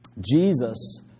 Jesus